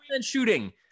shooting